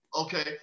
Okay